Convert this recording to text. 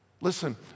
Listen